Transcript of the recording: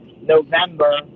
November